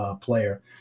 player